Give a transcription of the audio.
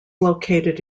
located